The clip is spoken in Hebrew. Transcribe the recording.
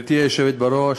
גברתי היושבת בראש,